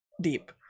deep